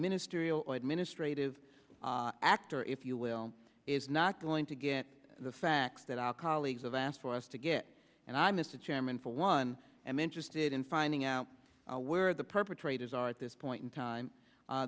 ministerial administrative act or if you will is not going to get the facts that our colleagues have asked for us to get and i mr chairman for one am interested in finding out where the perpetrators are at this point in time